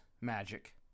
magic